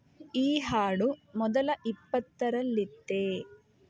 ಈ ಹಾಡು ಮೊದಲ ಇಪ್ಪತ್ತರಲ್ಲಿತ್ತೇ